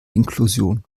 inklusion